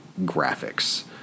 graphics